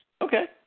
Okay